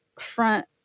front